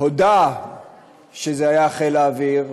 הודה שזה היה חיל האוויר,